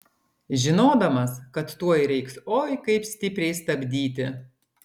žinodamas kad tuoj reiks oi kaip stipriai stabdyti